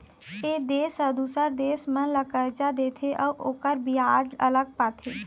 ए देश ह दूसर देश मन ल करजा देथे अउ ओखर बियाज अलग पाथे